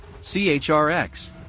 CHRX